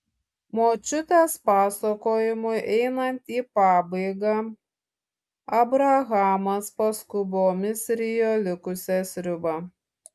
močiutės pasakojimui einant į pabaigą abrahamas paskubomis rijo likusią sriubą